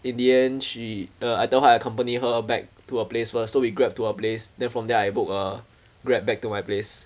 in the end she uh I told her I accompany her back to her place first so we Grab to her place then from there I book a Grab back to my place